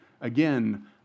Again